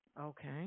Okay